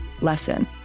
lesson